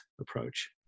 approach